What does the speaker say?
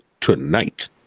tonight